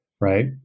right